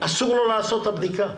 אסור לו לעשות את הבדיקה.